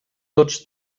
tots